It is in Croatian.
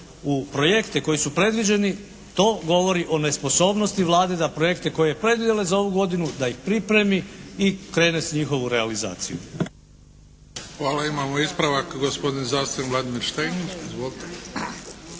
u projekte koji su predviđeni to govori o nesposobnosti Vlade da projekte koje je predvidjela za ovu godinu da ih pripremi i krene u njihovu realizaciju.